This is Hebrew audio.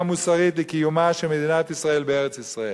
מוסרית לקיומה של מדינת ישראל בארץ-ישראל.